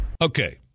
Okay